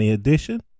edition